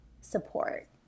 support